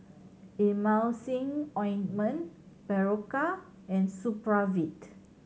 Emulsying Ointment Berocca and Supravit